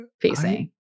facing